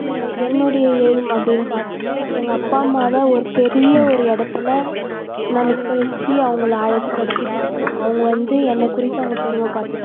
என்னுடைய எய்ம் அப்படின்னு பார்த்தோன்னா எங்கள் அப்பா அம்மாவை ஒரு பெரிய ஒரு இடத்துல நான் நிற்க வெச்சு அவங்களை அழகுப்படுத்தி பார்க்கணும் அவங்க வந்து என்னை குறித்து அவங்க பெருமைப்படணும்